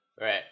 right